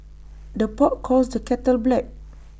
the pot calls the kettle black